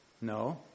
No